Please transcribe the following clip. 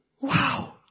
Wow